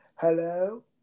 Hello